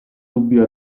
dubbio